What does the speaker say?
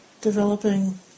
developing